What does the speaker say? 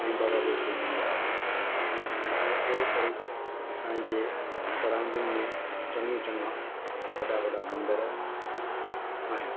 साईं बाबा जो वॾो मंदरु आहे ऐं अहिड़े तरह असांजे सराउंडिंग में चङियूं चङा वॾा वॾा मंदर आहिनि